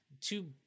two